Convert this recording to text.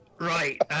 right